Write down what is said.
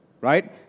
Right